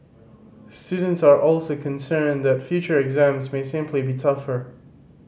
students are also concerned that future exams may simply be tougher